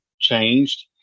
changed